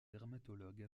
dermatologue